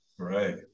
right